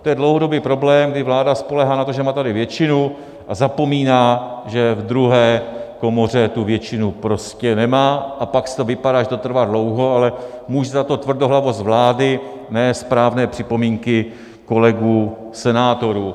To je dlouhodobý problém, kdy vláda spoléhá na to, že má tady většinu, a zapomíná, že v druhé komoře tu většinu prostě nemá, a pak to vypadá, že to trvá dlouho, ale může za to tvrdohlavost vlády, ne správné připomínky kolegů senátorů.